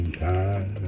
time